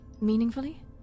meaningfully